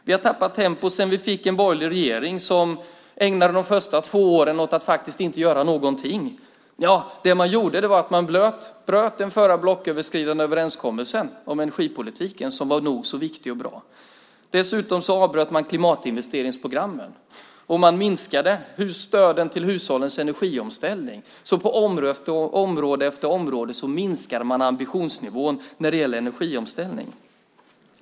Vi har tappat tempo sedan vi fick en borgerlig regering som ägnade de första två åren åt att faktiskt inte göra någonting. Ja, det man gjorde var att man bröt den förra blocköverskridande överenskommelsen om energipolitiken, som var nog så viktig och bra. Dessutom avbröt man klimatinvesteringsprogrammen, och man minskade stöden till hushållens energiomställning. På område efter område minskade man ambitionsnivån när det gällde energiomställning.